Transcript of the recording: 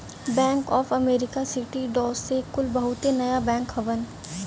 bank of America, Citi, Deutsche कुल बहुते नया बैंक हउवन